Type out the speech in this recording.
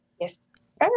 Yes